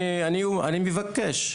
אני מבקש,